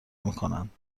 میکنند